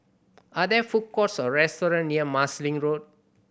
are there food courts or restaurant near Marsiling Road